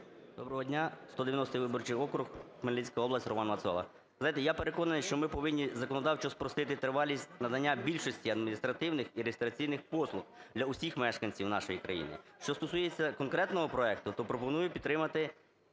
Доброго дня! 190 виборчий округ, Хмельницька область, РоманМацола. Ви знаєте, я переконаний, що ми повинні законодавчо спростити тривалість надання більшості адміністративних і реєстраційних послуг для усіх мешканців нашої країни. Що стосується конкретного проекту, то пропоную підтримати